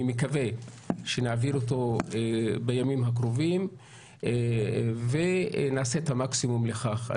אני מקווה שנעביר אותו בימים הקרובים ונעשה את המקסימום לכך.